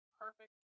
perfect